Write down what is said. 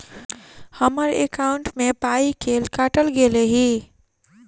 हम्मर एकॉउन्ट मे पाई केल काटल गेल एहि